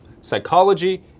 psychology